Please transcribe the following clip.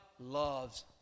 loves